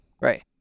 right